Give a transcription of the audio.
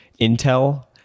intel